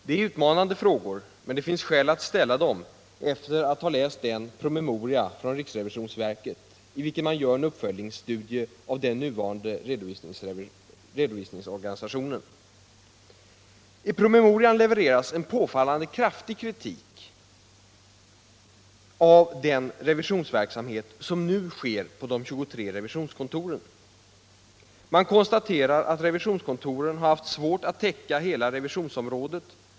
Det är utmanande frågor, men det finns skäl att ställa dem efter att ha läst den promemoria från RRV i vilken man gör en uppföljningsstudie av den nuvarande revisionsorganisationen. I promemorian levereras en påfallande kraftig kritik av den revisionsverksamhet som nu sker på de 23 revisionskontoren. Man konstaterar att revisionskontoren har haft svårt att täcka hela revisionsområdet.